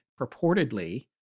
purportedly